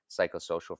psychosocial